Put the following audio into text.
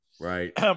Right